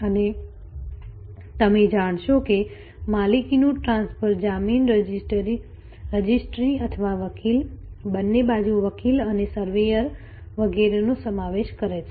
અને તમે જાણશો કે માલિકીનું ટ્રાન્સફર જમીન રજિસ્ટ્રી અથવા વકીલ બંને બાજુ વકીલ અને સર્વેયર વગેરેનો સમાવેશ કરે છે